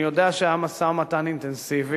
אני יודע שהיה משא-ומתן אינטנסיבי,